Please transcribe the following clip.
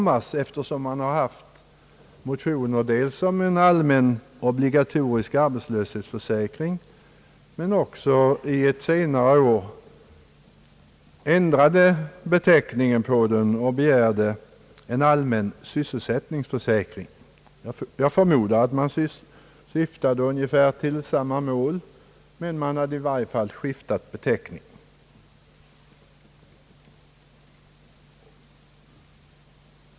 Jag antar detta eftersom man dels har väckt motioner om en allmän «obligatorisk arbetslöshetsförsäkring, dels också något år ändrat beteckningen och begärt en allmän sysselsättningsförsäkring. Jag förmodar att man syftar ungefär till samma mål, men man har i varje fall skiftat beteckning.